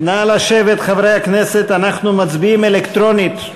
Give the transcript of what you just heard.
חברי הכנסת, אנחנו מצביעים אלקטרונית: